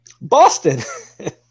Boston